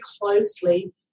closely